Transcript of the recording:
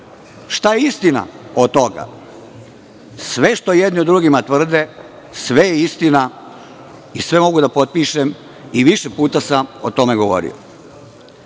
je istina od toga? Sve što jedni o drugima tvrde sve je istina i sve mogu da potpišem i više puta sam o tome govorio. Mi